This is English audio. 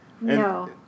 No